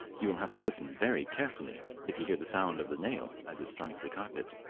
you will have to listen very carefully if you hear the sound of the nail as it strikes the carpet.